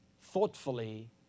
thoughtfully